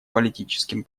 политическим